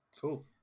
Cool